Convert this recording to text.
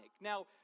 Now